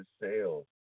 sales